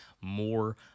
more